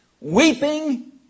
Weeping